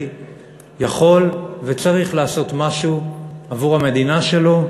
יכול וצריך לעשות משהו עבור המדינה שלו,